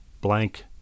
blank